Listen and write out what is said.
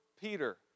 Peter